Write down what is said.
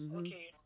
okay